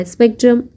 Spectrum